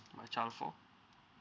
child for